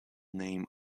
name